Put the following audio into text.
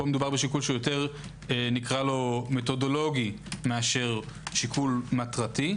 פה מדובר בשיקול שהוא יותר מתודולוגי מאשר שיקול מטרתי.